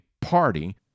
party